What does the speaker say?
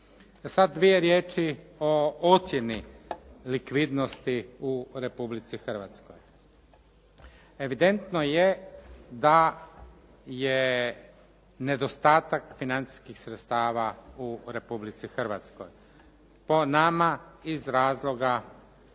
Sad dvije riječi o ocjeni likvidnosti u Republici Hrvatskoj. Evidentno je da je nedostatak financijskih sredstava u Republici Hrvatskoj, po nama iz razloga